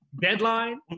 Deadline